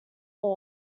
all